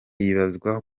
hibazwa